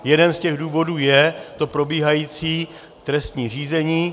Jeden z těch důvodů je to probíhající trestní řízení.